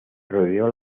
rodeó